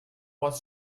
pot